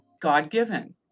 God-given